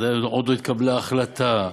עוד לא התקבלה החלטה.